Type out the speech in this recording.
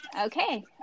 okay